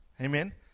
Amen